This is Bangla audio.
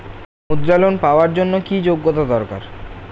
মুদ্রা লোন পাওয়ার জন্য কি যোগ্যতা দরকার?